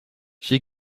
she